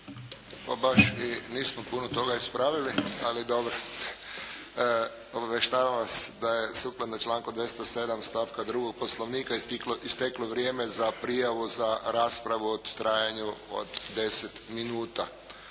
Pa baš i nismo puno toga ispravili, ali dobro. Obavještavam vas da je sukladno članku 207. stavka 2. Poslovnika isteklo vrijeme za prijavu za raspravu u trajanju od 10 minuta.